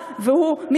הממשלה.